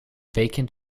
vacant